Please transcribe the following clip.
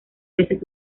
veces